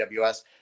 AWS